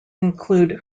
include